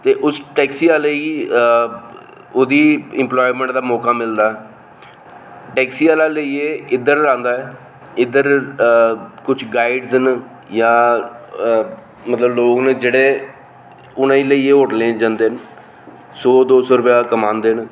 ते उस टेक्सी आहले गी ओह्दी इम्पलामैंट दा मौका मिलदा ऐ टेक्सी आला लेइयै इद्धर लांदा ऐ इद्धर कुछ गाइडस न जां मतलब लोक न जेह्ड़े उ'नें गी लेइयै होटलें च जंदे न सो दो सो रुपे कमांदे ना